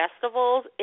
festivals